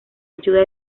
ayuda